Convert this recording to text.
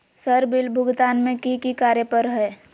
Sir bill भुगतान में की की कार्य पर हहै?